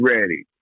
ready